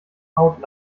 haut